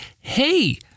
Hey